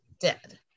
Dead